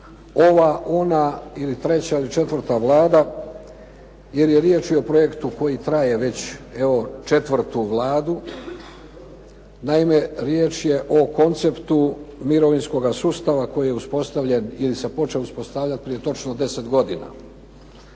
Ova, ona ili treća ili četvrta Vlada jer je riječ i o projektu koji traje već, evo četvrtu Vladu. Naime, riječ je o konceptu mirovinskoga sustava koji je uspostavljen, ili se počeo uspostavljati prije točno 10 godina.